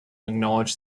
acknowledged